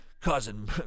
causing